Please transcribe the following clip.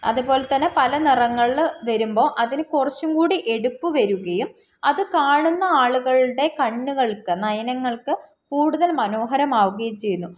അതുപോലെത്തന്നെ പല നിറങ്ങളിൽ വരുമ്പോൾ അതിന് കുറച്ചുംകൂടി എടുപ്പ് വരികയും അത് കാണുന്ന ആളുകളുടെ കണ്ണുകൾക്ക് നയനങ്ങൾക്ക് കൂടുതൽ മനോഹരമാവുകയും ചെയ്യുന്നു